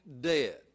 dead